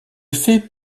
fait